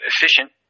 efficient